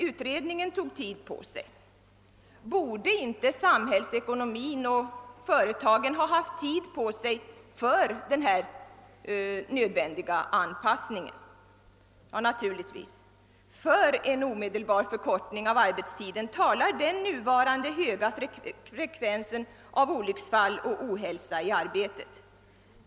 Utredningen tog emellertid tid på sig. Borde inte samhällsekonomin och företagen ha haft tid på sig för den nödvändiga anpassningen? Jo, naturligtvis. För en omedelbar förkortning av arbetstiden talar den nuvarande höga frekvensen av olycksfall och ohälsa i arbetet.